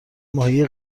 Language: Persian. ماهی